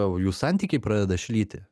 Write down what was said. jų santykiai pradeda šlyti